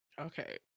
okay